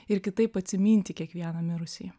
ir kitaip atsiminti kiekvieną mirusįjį